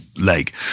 leg